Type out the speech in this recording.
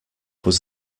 was